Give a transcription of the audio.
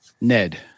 Ned